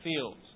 fields